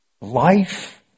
Life